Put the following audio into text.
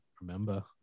remember